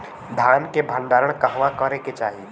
धान के भण्डारण कहवा करे के चाही?